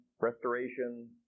Restoration